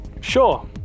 Sure